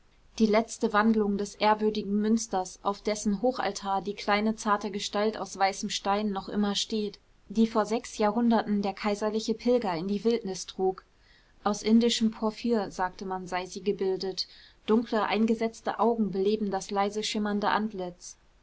die letzte wandlung des ehrwürdigen münsters auf dessen hochaltar die kleine zarte gestalt aus weißem stein noch immer steht die vor sechs jahrhunderten der kaiserliche pilger in die wildnis trug aus indischem porphyr sagt man sei sie gebildet dunkle eingesetzte augen beleben das leise schimmernde antlitz